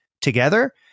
together